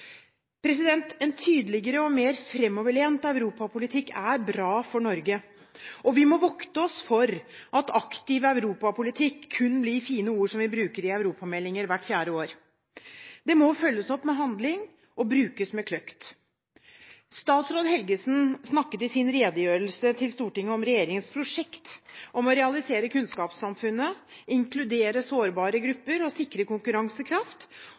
En tydeligere og mer fremoverlent europapolitikk er bra for Norge. Vi må vokte oss for at aktiv europapolitikk kun blir fine ord som vi bruker i europameldinger hvert fjerde år. Det må følges opp med handling og brukes med kløkt. Statsråd Helgesen snakket i sin redegjørelse til Stortinget om regjeringens prosjekt om å realisere kunnskapssamfunnet, inkludere sårbare grupper og sikre konkurransekraft,